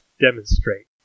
demonstrate